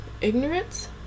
ignorance